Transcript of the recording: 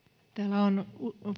on